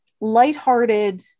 lighthearted